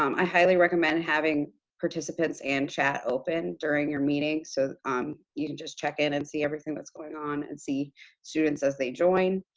um i highly recommend having participants and chat open during your meeting, so you can just check in and see everything that's going on and see students as they join.